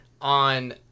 On